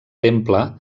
temple